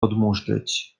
odmóżdżyć